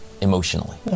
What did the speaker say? emotionally